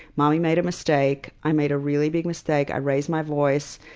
mommy made a mistake. i made a really big mistake. i raised my voice.